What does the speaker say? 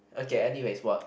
okay anyways what